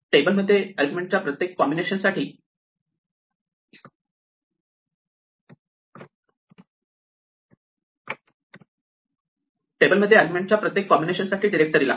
table मध्ये argument च्या प्रत्येक कॉम्बिनेशन साठी डिरेक्टरी लागते